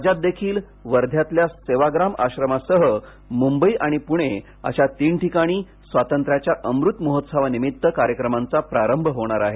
राज्यातही वर्ध्यातल्या सेवाग्राम आश्रमासह मुंबई आणि पुणे अशा तीन ठिकाणी स्वातंत्र्याच्या अमृत महोत्सवानिमित्त कार्यक्रमांचा प्रारंभ होणार आहे